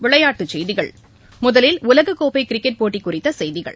விளையாட்டுச் செய்திகள் முதலில் உலகக் கோப்பை கிரிக்கெட் போட்டி குறித்த செய்திகள்